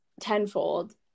tenfold